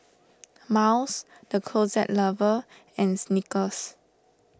Miles the Closet Lover and Snickers